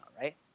right